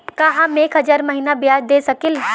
का हम एक हज़ार महीना ब्याज दे सकील?